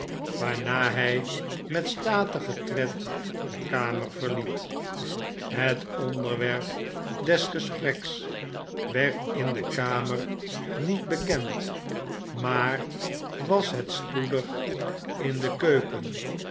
waarna hij met statigen tred de kamer verliet het onderwerp des gespreks werd in de kamer niet bekend maar was het spoedig in de keuken